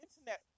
internet